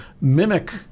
mimic